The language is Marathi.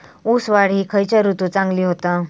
ऊस वाढ ही खयच्या ऋतूत चांगली होता?